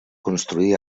construí